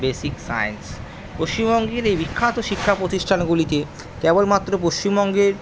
basic science পশ্চিমবঙ্গের এই বিখ্যাত শিক্ষা প্রতিষ্ঠানগুলিতে কেবলমাত্র পশ্চিমবঙ্গের